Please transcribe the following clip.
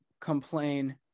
complain